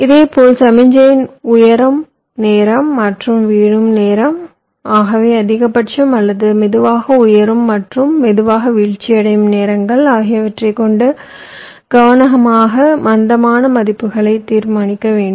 இதேபோல் சமிக்ஞைகளின் உயரும் நேரம் மற்றும் வீழும் நேரம் ஆகவே அதிகபட்சம் அல்லது மெதுவாக உயரும் மற்றும் மெதுவாக வீழ்ச்சியடையும் நேரங்கள் ஆகியவற்றை கொண்டு கவனமாக மந்தமான மதிப்புகளைத் தீர்மானிக்க வேண்டும்